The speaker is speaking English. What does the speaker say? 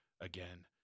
again